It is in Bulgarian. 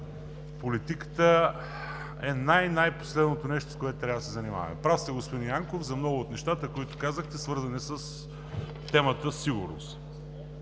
политиката е най-, най-последното нещо, с което трябва да се занимаваме. Прав сте, господин Янков, за много от нещата, които казахте свързани с темата „Сигурност“.